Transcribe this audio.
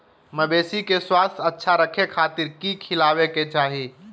मवेसी के स्वास्थ्य अच्छा रखे खातिर की खिलावे के चाही?